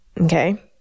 okay